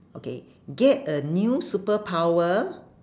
okay get a new superpower